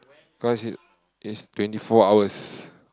because it it's twenty four hours